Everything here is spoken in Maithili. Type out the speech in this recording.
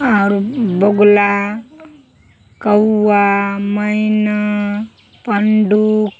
आओर बगुला कौआ मैना पण्डुप